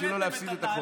בשביל לא להפסיד את החוק,